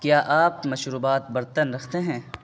کیا آپ مشروبات برتن رکھتے ہیں